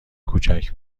کوچک